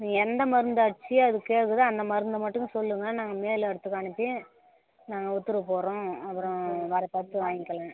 நீங்கள் எந்த மருந்து அடிச்சு அது கேட்குதோ அந்த மருந்தை மட்டும் சொல்லுங்க நாங்கள் மேலிடத்துக்கு அனுப்பி நாங்கள் உத்தரவு போடுறோம் அப்புறம் வேறு பார்த்து வாங்கிக்கலாம்